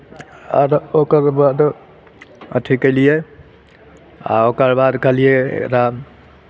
आब ओकर बाद अथि केलियै आ ओकर बाद कहलियै रहए